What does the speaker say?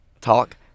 Talk